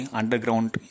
underground